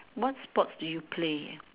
what sports do you play